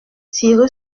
tirer